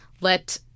Let